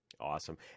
Awesome